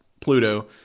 Pluto